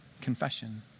Confession